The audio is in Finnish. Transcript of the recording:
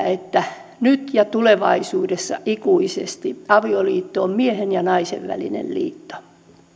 että nyt ja tulevaisuudessa ikuisesti avioliitto on miehen ja naisen välinen liitto